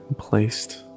placed